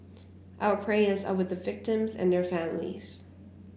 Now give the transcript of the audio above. our prayers are with the victims and their families